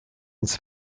ins